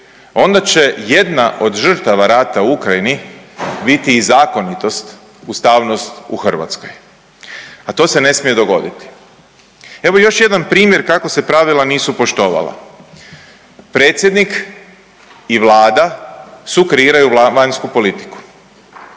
onda će jedna od žrtva rata u Ukrajini biti i zakonitost ustavnost u Hrvatskoj, a to se ne smije dogoditi. Evo još jedan primjer kako se pravila nisu poštovala. Predsjednik i Vlada sukreiraju vanjsku politiku,